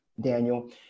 Daniel